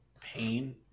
pain